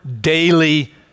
daily